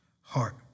heart